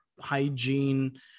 hygiene